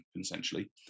essentially